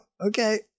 okay